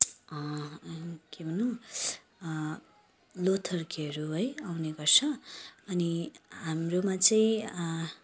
के भभनौँ लोथर्केहरू है आउने गर्छ अनि हाम्रोमा चाहिँ